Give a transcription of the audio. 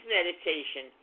meditation